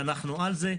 ואנחנו על זה.